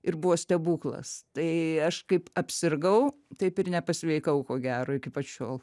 ir buvo stebuklas tai aš kaip apsirgau taip ir nepasveikau ko gero iki pat šiol